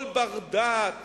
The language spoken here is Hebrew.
כל בר-דעת